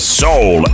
soul